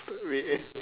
wait